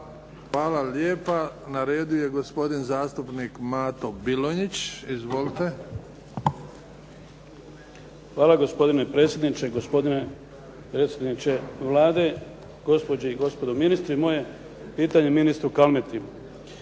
Hvala lijepa. Na redu je gospodin zastupnik Mato Bilonjić. **Bilonjić, Mato (HDZ)** Hvala gospodine predsjedniče. Gospodine predsjedniče Vlade, gospođe i gospodo ministri. Moje je pitanje ministru Kalmeti.